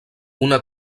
una